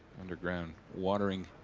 underground watering